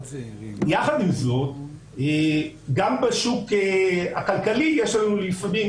יחד עם זאת, גם בשוק הכלכלי יש לנו לפעמים